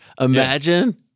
Imagine